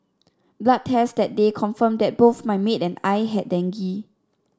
blood tests that day confirmed that both my maid and I had dengue